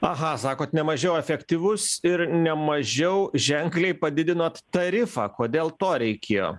aha sakot ne mažiau efektyvus ir ne mažiau ženkliai padidinot tarifą kodėl to reikėjo